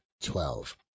twelve